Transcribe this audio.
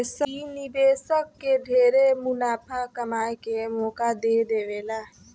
इ निवेशक के ढेरे मुनाफा कमाए के मौका दे देवेला